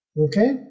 Okay